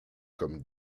comme